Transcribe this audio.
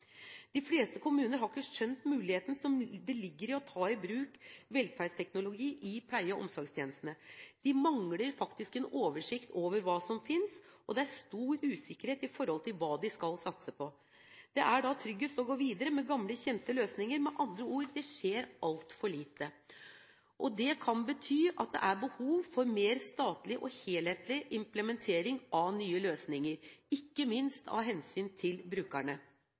de mulighetene vi har. De fleste kommuner har ikke skjønt mulighetene som ligger i å ta i bruk velferdsteknologi i pleie- og omsorgstjenestene. De mangler faktisk oversikt over hva som finnes, og det er stor usikkerhet om hva de skal satse på. Da er det tryggest å gå videre med gamle, kjente løsninger. Med andre ord: Det skjer altfor lite. Det kan bety at det er behov for mer statlig og helhetlig implementering av nye løsninger, ikke minst av hensyn til brukerne.